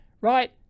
Right